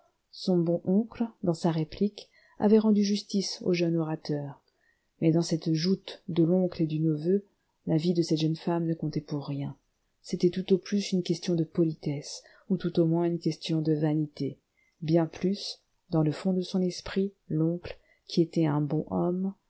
son bon oncle dans sa réplique avait rendu justice au jeune orateur mais dans cette joute de l'oncle et du neveu la vie de cette jeune femme ne comptait pour rien c'était tout au plus une question de politesse ou tout au moins une question de vanité bien plus dans le fond de son esprit l'oncle qui était un bon homme